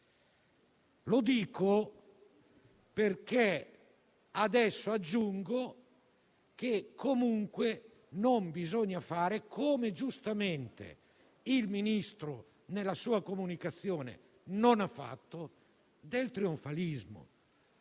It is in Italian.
Lo dico aggiungendo che non bisogna fare - come giustamente il Ministro nella sua comunicazione non ha fatto - del trionfalismo.